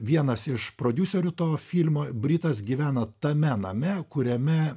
vienas iš prodiuserių to filmo britas gyvena tame name kuriame